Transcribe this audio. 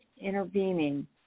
intervening